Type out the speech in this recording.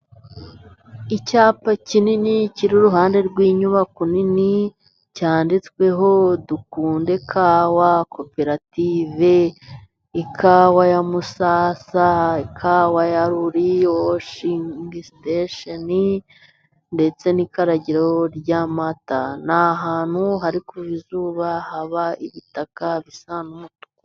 Icyapa kinini kiri iruhande rw'inyubako nini, cyanditsweho dukunde kawa, koperative ikawa ya Musasa, ikawa yaruri woshingisitesheni ndetse n'ikaragiro ry'amata, n'ahantu hari kuva izuba haba ibitaka bisa n'umutuku.